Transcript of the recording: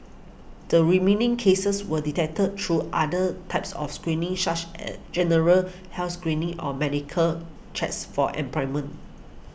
the remaining cases were detected through other types of screening such as general health screening or medical cheers for employment